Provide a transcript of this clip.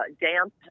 damp